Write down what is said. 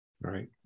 right